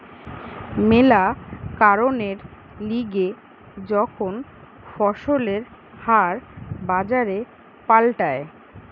ম্যালা কারণের লিগে যখন ফসলের হার বাজারে পাল্টায়